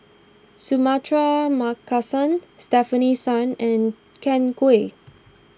Suratman Markasan Stefanie Sun and Ken Kwek